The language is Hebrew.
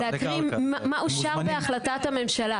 להקריא מה אושר בהחלטת הממשלה.